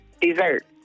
dessert